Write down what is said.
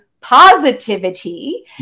positivity